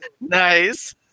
nice